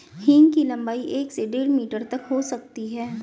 हींग की लंबाई एक से डेढ़ मीटर तक हो सकती है